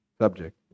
subject